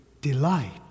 delight